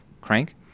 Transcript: crank